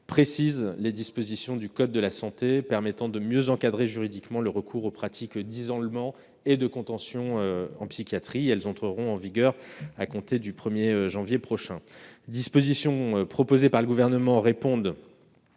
précise les dispositions du code de la santé permettant de mieux encadrer juridiquement le recours aux pratiques d'isolement et de contention en psychiatrie. Elles entreront en vigueur à compter du 1 janvier prochain. Les dispositions proposées par le Gouvernement répondent